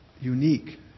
unique